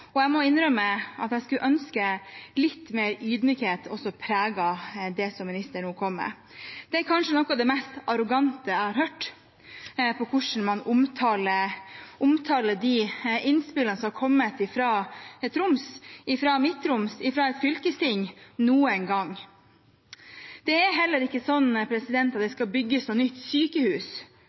og jeg må innrømme at jeg skulle ønske litt mer ydmykhet også preget det som ministeren nå kom med. Det er kanskje noe av det mest arrogante jeg har hørt med tanke på hvordan man omtaler de innspillene som er kommet fra Troms, – fra Midt-Troms, fra et fylkesting – noen gang. Det er heller ikke sånn at det skal bygges et nytt sykehus,